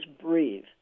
breathe